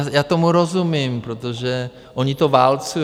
Já tomu rozumím, protože oni to válcují.